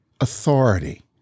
authority